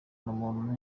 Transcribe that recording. umuntu